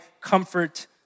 comfort